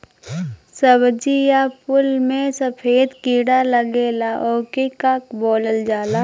सब्ज़ी या फुल में सफेद कीड़ा लगेला ओके का बोलल जाला?